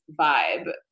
vibe